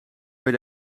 weer